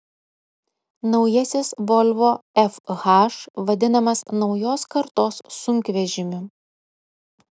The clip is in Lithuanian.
naujasis volvo fh vadinamas naujos kartos sunkvežimiu